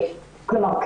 כלומר,